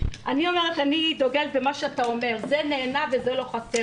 אני דוגלת במה שאתה אומר זה נהנה וזה לא חסר.